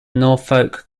norfolk